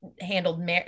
handled